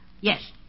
Yes